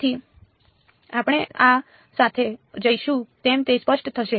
તેથી આપણે આહ સાથે જઈશું તેમ તે સ્પષ્ટ થશે